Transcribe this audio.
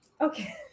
Okay